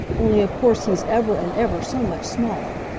only of course he's ever and ever so much smaller.